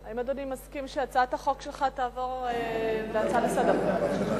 האם אדוני מסכים שהצעת החוק תעבור להצעה לסדר-היום?